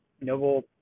noble